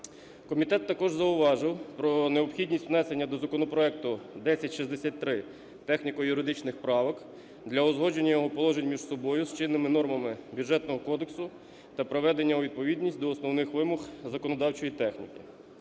Комітет також зауважив про необхідність внесення до законопроекту 1063 техніко-юридичних правок для узгодження його положень між собою з чинними нормами Бюджетного кодексу та приведення у відповідність до основних вимог законодавчої техніки.